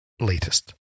latest